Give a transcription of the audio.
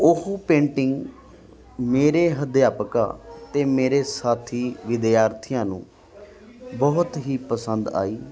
ਉਹ ਪੇਂਟਿੰਗ ਮੇਰੇ ਅਧਿਆਪਕਾਂ ਅਤੇ ਮੇਰੇ ਸਾਥੀ ਵਿਦਿਆਰਥੀਆਂ ਨੂੰ ਬਹੁਤ ਹੀ ਪਸੰਦ ਆਈ